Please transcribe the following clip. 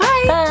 Bye